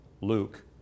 Luke